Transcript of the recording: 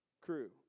crew